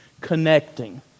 Connecting